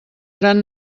gran